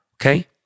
okay